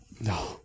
No